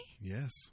Yes